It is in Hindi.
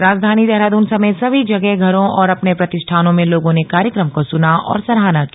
राजधानी देहरादन समेत समी जगह घरों और अपने प्रतिष्ठानों में लोगों ने कार्यक्रम को सुना और सराहना की